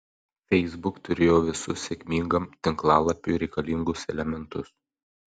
facebook turėjo visus sėkmingam tinklalapiui reikalingus elementus